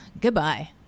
Goodbye